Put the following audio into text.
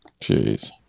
Jeez